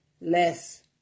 less